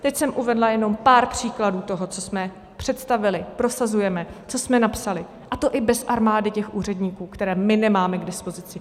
Teď jsem uvedla jenom pár příkladů toho, co jsme představili, prosazujeme, co jsme napsali, a to i bez armády úředníků, které my nemáme k dispozici.